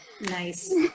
Nice